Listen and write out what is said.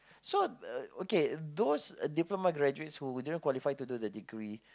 so uh okay those diploma graduates who didn't qualify to do the degree